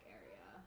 area